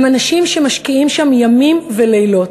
הם אנשים שמשקיעים שם ימים ולילות.